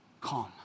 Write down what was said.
calm